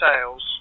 sales